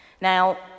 Now